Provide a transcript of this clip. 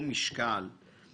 לקוות זה דבר אחד.